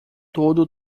todo